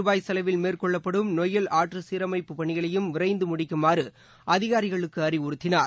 ரூபாய் செலவில் மேற்கொள்ளப்படும் நொய்யல் ஆற்றுசீரணப்பு பணிகளையும் விரைந்துமுடிக்குமாறுஅதிகாரிகளுக்குஅறிவுறுத்தினார்